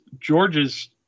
George's